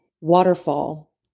waterfall